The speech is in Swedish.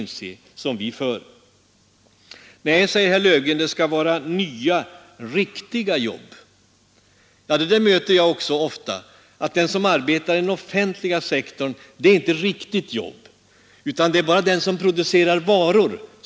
Så stora är nämligen luckorna. Sedan förstår man att så ser den ekonomiska politik ut som de borgerliga kan enas om. Låt mig bara kortfattat peka på några bristfälligt behandlade områden.